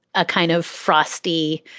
a kind of frosti